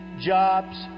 jobs